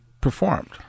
performed